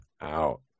out